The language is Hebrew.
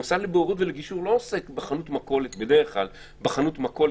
המוסד לבוררות ולגישור לא עוסק בדרך כלל בחנות מכולת,